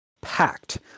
packed